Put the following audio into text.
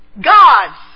God's